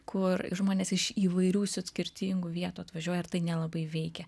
kur žmonės iš įvairių skirtingų vietų atvažiuoja ir tai nelabai veikia